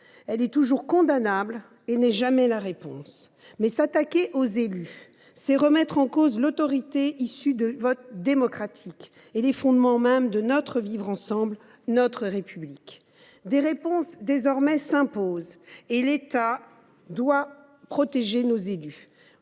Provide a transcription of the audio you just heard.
Elle est toujours condamnable et n’est jamais la réponse, mais s’attaquer aux élus, c’est remettre en cause l’autorité issue du vote démocratique et les fondements même de notre vivre ensemble, notre République. Désormais, des réponses s’imposent et l’État doit protéger nos élus